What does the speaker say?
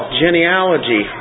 genealogy